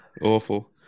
awful